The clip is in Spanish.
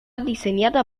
diseñada